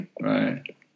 Right